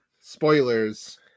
spoilers